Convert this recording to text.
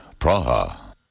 Praha